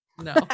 No